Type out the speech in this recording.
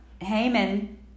Haman